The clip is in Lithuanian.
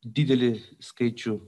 didelį skaičių